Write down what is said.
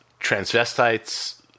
transvestites